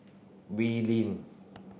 Wee Lin